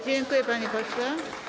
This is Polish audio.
Dziękuję, panie pośle.